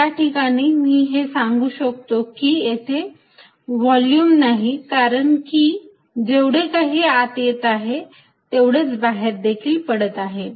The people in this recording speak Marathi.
या ठिकाणी मी हे सांगू शकतो की येथे व्हॉल्युम नाही कारण की जेवढे काही आत येत आहे तेवढेच बाहेर देखील पडत आहे